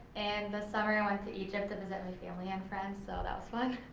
and this summer i went to egypt to visit my family and friends so that was fun.